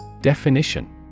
Definition